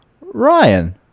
Ryan